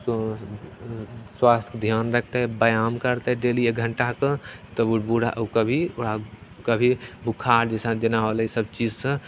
स्वास्थ्यके धिआन रखतै व्यायाम करतै डेली एक घण्टाके तब ओ बूढ़ा ओ कभी ओकरा कभी बोखार जइसे जेना होलै ईसब चीजसे